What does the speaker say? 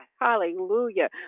Hallelujah